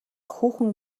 хүүхэн